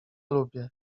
lubię